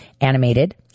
Animated